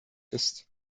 ist